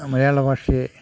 മലയാളഭാഷയെ